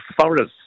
forests